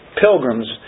pilgrims